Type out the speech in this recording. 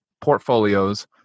portfolios